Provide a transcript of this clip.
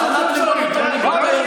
בוא תקים ממשלה, באמת.